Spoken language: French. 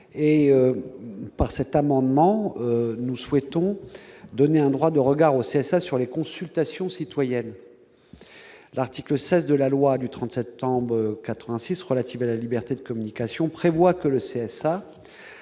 Par cet amendement, nous souhaitons donner un droit de regard au CSA sur les consultations citoyennes. L'article 16 de la loi du 30 septembre 1986 relative à la liberté de communication prévoit que le CSA